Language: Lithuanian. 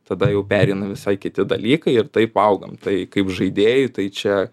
tada jau pereina visai kiti dalykai ir taip augam tai kaip žaidėjui tai čia